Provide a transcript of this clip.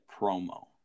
promo